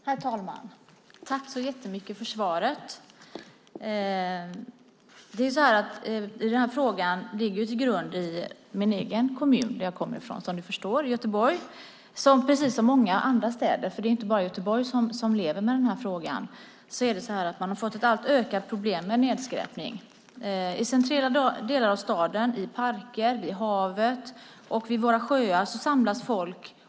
Herr talman! Tack så jättemycket för svaret, miljöministern! Denna interpellation har sin grund i min egen hemkommun, som du förstår är Göteborg. Precis som många andra städer - det är inte bara Göteborg som lever med denna fråga - har vi fått ett ökat problem med nedskräpning. I centrala delar av staden, i parker, vid havet och vid våra sjöar samlas folk.